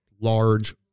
large